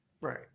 Right